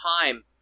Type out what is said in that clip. time